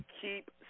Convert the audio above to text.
keep